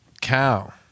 cow